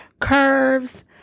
Curves